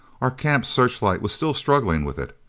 our camp searchlight was still struggling with it.